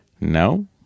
No